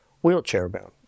wheelchair-bound